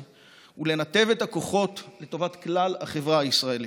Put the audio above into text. ולנתב את הכוחות לטובת כלל החברה הישראלית.